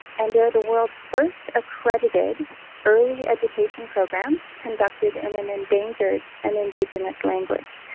and they're the world's first accredited early education programs conducted in an endangered and indigenous language.